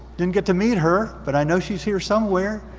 didn't get to meet her, but i know she's here somewhere.